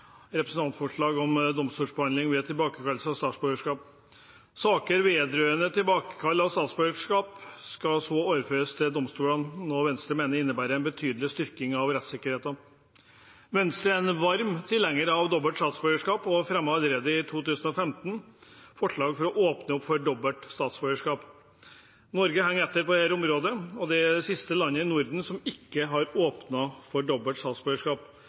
Representantforslag om domstolsbehandling ved tilbakekallelse av statsborgerskap. Saker vedrørende tilbakekall av statsborgerskap foreslås overført til domstolene, noe Venstre mener innebærer en betydelig styrking av rettsikkerheten. Venstre er en varm tilhenger av dobbelt statsborgerskap og fremmet allerede i 2015 forslag om å åpne opp for dobbelt statsborgerskap. Norge henger etter på dette området og er det siste landet i Norden som ikke har åpnet for dobbelt